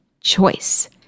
Choice